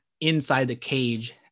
inside-the-cage